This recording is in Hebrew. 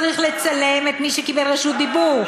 לשדר במקביל,